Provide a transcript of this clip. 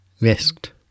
risked